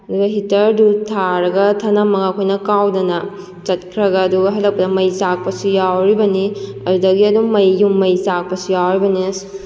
ꯅꯣꯏ ꯍꯤꯇꯔꯗꯨ ꯊꯥꯔꯒ ꯊꯅꯝꯃꯒ ꯑꯩꯈꯣꯏꯅ ꯀꯥꯎꯗꯅ ꯆꯠꯈ꯭ꯔꯒ ꯑꯗꯨꯒ ꯍꯜꯂꯛꯄꯗ ꯃꯩ ꯆꯥꯛꯄꯁꯨ ꯌꯥꯎꯔꯤꯕꯅꯤ ꯑꯗꯨꯗꯒꯤ ꯑꯗꯨꯝ ꯃꯩ ꯌꯨꯝꯃꯩ ꯆꯥꯛꯄꯁꯨ ꯌꯥꯎꯔꯤꯕꯅꯤ ꯑꯁ